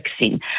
vaccine